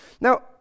Now